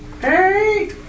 Hey